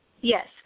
Yes